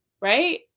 right